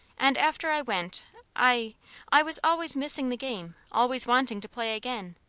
and after i went i i was always missing the game, always wanting to play again.